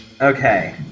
Okay